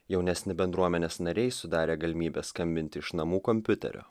jaunesni bendruomenės nariai sudarę galimybę skambinti iš namų kompiuterio